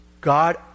God